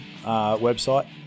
website